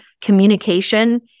communication